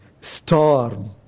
storm